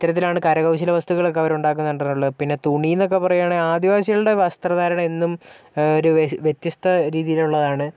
ഇത്തരത്തിലാണ് കരകൗശല വസ്തുക്കൾ ഒക്കെ അവരുണ്ടാക്കുന്നത് കണ്ടിട്ടുള്ളത് പിന്നെ തുണി എന്നൊക്കെ പറയാണെങ്കിൽ ആദിവാസികളുടെ വസ്ത്രധാരണം എന്നും ഒരു വ്യത്യസ്ത രീതിയിലുള്ളതാണ്